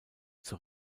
zur